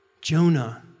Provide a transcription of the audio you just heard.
Jonah